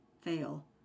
Fail